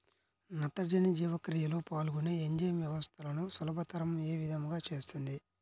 నత్రజని జీవక్రియలో పాల్గొనే ఎంజైమ్ వ్యవస్థలను సులభతరం ఏ విధముగా చేస్తుంది?